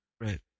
Right